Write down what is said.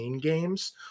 games